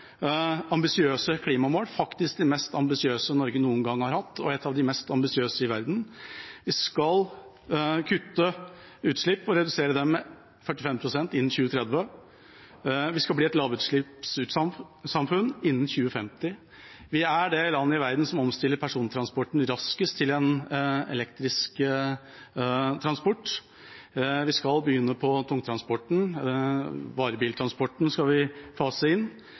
ambisiøse klimamål, faktisk de mest ambisiøse Norge noen gang har hatt, og blant de mest ambisiøse i verden. Vi skal kutte utslippene og redusere dem med 45 pst. innen 2030. Vi skal bli et lavutslippssamfunn innen 2050. Vi er det landet i verden som omstiller persontransporten raskest til elektrisk transport. Vi skal begynne på tungtransporten. Varebiltransporten skal vi fase inn.